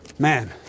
Man